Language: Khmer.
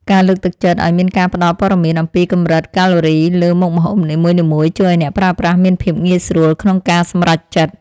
ការលើកទឹកចិត្តឲ្យមានការផ្តល់ព័ត៌មានអំពីកម្រិតកាឡូរីលើមុខម្ហូបនីមួយៗជួយឲ្យអ្នកប្រើប្រាស់មានភាពងាយស្រួលក្នុងការសម្រេចចិត្ត។